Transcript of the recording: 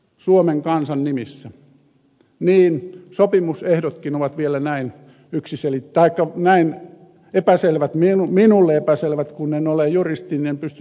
suomen kansan nimissä niin sopimusehdotkin ovat vielä näin yksiselitteaikaa näin epäselvät minulle epäselvät kun en ole juristi en pysty